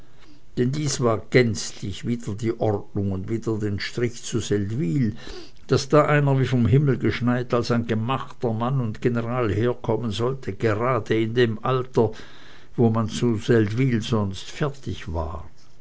denn dies war gänzlich wider die ordnung und wider den strich zu seldwyl daß da einer wie vom himmel geschneit als ein gemachter mann und general herkommen sollte gerade in dem alter wo man zu seldwyl sonst fertig war